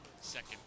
Second